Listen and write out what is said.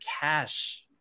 cash